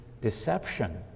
deception